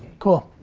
cool.